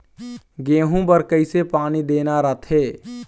गेहूं बर कइसे पानी देना रथे?